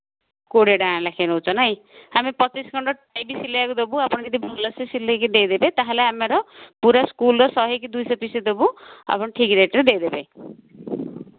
କୋଡ଼ିଏ ଟଙ୍କା ଲେଖା ନେଉଛ ନାଇଁ ଆମେ ପଚିଶ ଖଣ୍ଡ ଟାଏ ବି ସିଲେଇବାକୁ ଦେବୁ ଆପଣ ଯଦି ଭଲରେ ସିଲେଇକି ଦେଇ ଦେବେ ତାହେଲେ ଆମର ପୁରା ସ୍କୁଲ୍ର ଶହେ କି ଦୁଇଶହ ପିସ୍ ଦେବୁ ଆପଣ ଠିକ୍ ରେଟ୍ରେ ଦେଇଦେବେ